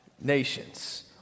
nations